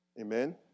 amen